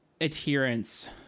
adherence